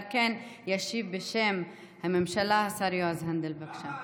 על כן ישיב בשם הממשלה השר יועז הנדל, בבקשה.